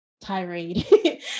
tirade